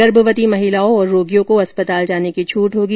गर्भवती महिलाओं और रोगियों को अस्पताल जाने की छूट होगी